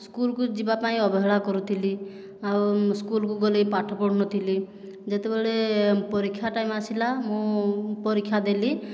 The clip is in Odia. ସ୍କୁଲକୁ ଯିବା ପାଇଁ ଅବହେଳା କରୁଥିଲି ଆଉ ସ୍କୁଲକୁ ଗଲି ପାଠ ପଢ଼ୁନଥିଲି ଯେତେବେଳେ ପରୀକ୍ଷା ଟାଇମ୍ ଆସିଲା ମୁଁ ପରୀକ୍ଷା ଦେଲି